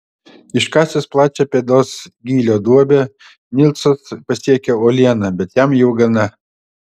iškasęs plačią pėdos gylio duobę nilsas pasiekia uolieną bet jam jau gana